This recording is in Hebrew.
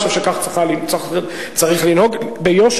אני חושב שכך צריך לנהוג, ביושר.